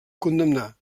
condemnar